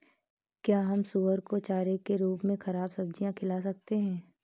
क्या हम सुअर को चारे के रूप में ख़राब सब्जियां खिला सकते हैं?